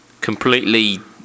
completely